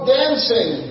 dancing